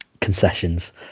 concessions